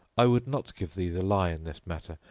i would not give thee the lie in this matter,